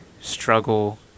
struggle